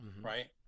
right